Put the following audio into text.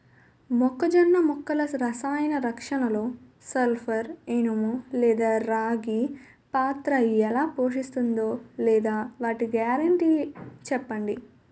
మొక్కజొన్న మొక్కల రసాయన రక్షణలో సల్పర్, ఇనుము లేదా రాగి పాత్ర ఎలా పోషిస్తుందో లేదా వాటి గ్యారంటీ చెప్పండి